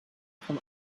from